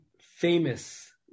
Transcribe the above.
famous